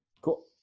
Cool